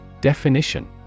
Definition